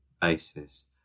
basis